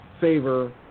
favor